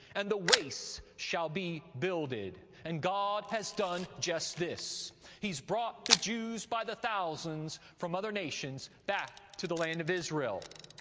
and the wastes shall be builded. and god has done just this he's brought the jews by the thousands from other nations back to the land of israel.